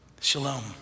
Shalom